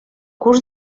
curs